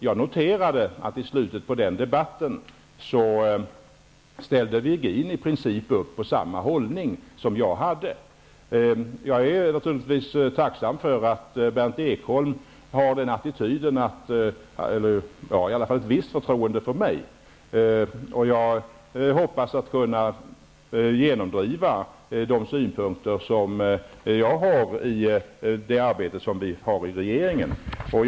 Jag noterade att i slutet på debatten ställde Virgin i princip upp på samma ståndpunkt som jag intog. Naturligtvis är jag tacksam för att Berndt Ekholm i alla fall har ett visst förtroende för mig, och jag hoppas att i regeringen kunna genomdriva mina synpunkter.